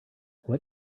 what